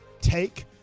take